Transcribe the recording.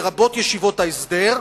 לרבות ישיבות ההסדר,